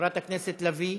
חברת הכנסת לביא,